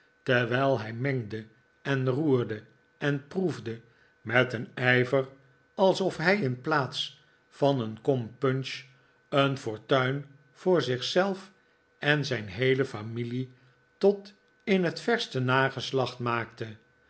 terwijl hij mengde en roerde en proefde met een ijver alsof hij in plaats van een kom punch een fortuin voor zich zelf en zijn heele familie tot in het verste nageslacht maakte